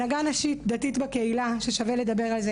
הנהגה נשית דתית בקהילה שווה לדבר על זה.